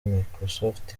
microsoft